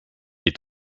est